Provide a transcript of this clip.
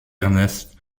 ernest